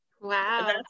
Wow